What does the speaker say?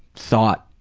thought,